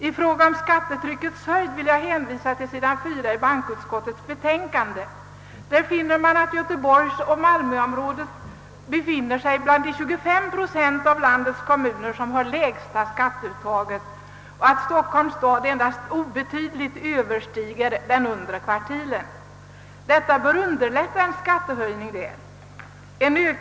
I fråga om skattetryckets höjd vill jag hänvisa till sidan 4 i bankoutskottets betänkande. Där finner man att göteborgsoch malmöområdena befinner sig bland de 25 procent av landets kommuner som har det lägsta skatteuttaget och att Stockholms stad i skattehänseende endast obetydligt överstiger den undre kvartilen. Detta bör underlätta en skattehöjning där.